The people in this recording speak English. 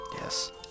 Yes